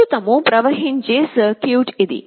ప్రస్తుతము ప్రవహించే సర్క్యూట్ ఇది